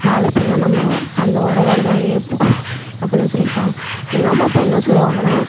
நாளப் பின்னே நம்ப அந்த உறவோடதான் இருப்போம் அப்படின்னு சொல்லிருக்காங்க எங்கள் அம்மா அப்பா என்ன சொல்லுவாங்கன்னா